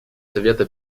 совета